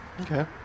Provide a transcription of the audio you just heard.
Okay